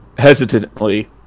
Hesitantly